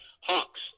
Hawks